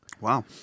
Wow